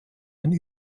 ein